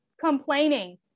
complaining